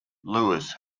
lewis